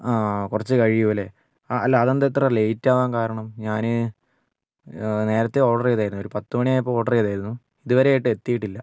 ആഹ് കുറച്ച് കഴിയും അല്ലെ ആ അല്ല അതെന്താ ഇത്ര ലേറ്റ് ആകാൻ കാരണം ഞാന് നേരത്തെ ഓർഡർ ചെയ്തായിരുന്നു ഒരു പത്തുമണിയായപ്പം ഓർഡർ ചെയ്തായിരുന്നു ഇതുവരെയായിട്ടും എത്തിയിട്ടില്ല